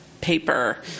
Paper